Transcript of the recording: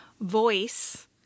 voice